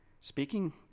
Speaking